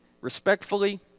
respectfully